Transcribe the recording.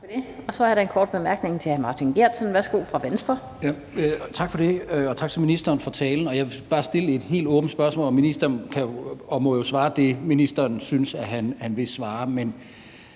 Tak for det. Så er der en kort bemærkning til hr. Martin Geertsen fra Venstre. Værsgo. Kl. 16:47 Martin Geertsen (V): Tak for det. Tak til ministeren for talen. Jeg vil bare stille et helt åbent spørgsmål, og ministeren må jo svare det, ministeren synes han vil svare,